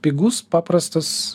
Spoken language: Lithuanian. pigus paprastas